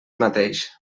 mateix